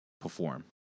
perform